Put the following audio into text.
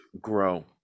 grow